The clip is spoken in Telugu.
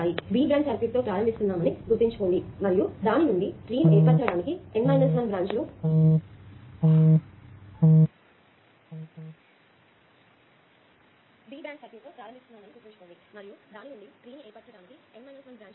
కాబట్టి B బ్రాంచ్ సర్క్యూట్తో ప్రారంభిస్తున్నామని గుర్తుంచుకోండి మరియు దాని నుండి ట్రీ ను ఏర్పరచటానికి N 1 బ్రాంచ్ లు తీసుకుంటాము